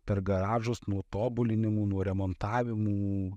per garažus nuo tobulinimų nuo remontavimų